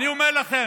אני אומר לכם,